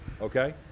Okay